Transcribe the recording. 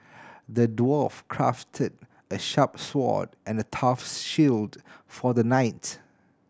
the dwarf crafted a sharp sword and the tough shield for the knight